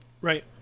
right